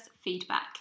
feedback